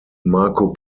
marco